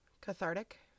Cathartic